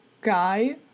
guy